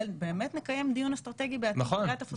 באמת נקיים דיון אסטרטגי בעתיד כריית הפוספטים.